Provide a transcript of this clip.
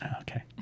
Okay